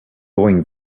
going